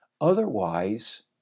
Otherwise